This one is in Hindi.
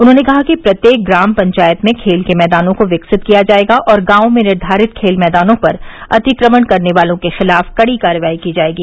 उन्होंने कहा कि प्रत्येक ग्राम पंचायत में खेल के मैदानों को विकसित किया जायेगा और गांवों में निर्धारित खेल मैदानों पर अतिक्रमण करने वालों के खिलाफ कड़ी कार्रवाई की जायेगी